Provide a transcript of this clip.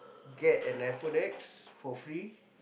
get an iPhone-X for free